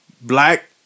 Black